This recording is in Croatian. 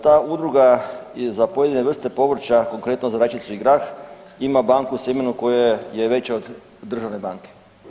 Ta udruga je za pojedine vrste povrća konkretno za rajčicu i grah ima banku sjemena koja je veća od državne banke.